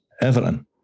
Everton